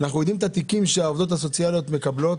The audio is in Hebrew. אנחנו יודעים את התיקים שהעובדות הסוציאליות מקבלות,